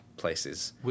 places